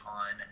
on